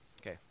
Okay